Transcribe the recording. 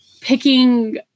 picking